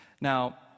Now